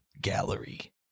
gallery